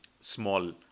small